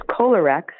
colorex